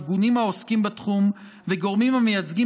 ארגונים העוסקים בתחום וגורמים המייצגים